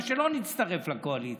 לא נצטרף לקואליציה,